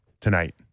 tonight